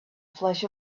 flash